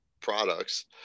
products